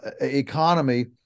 economy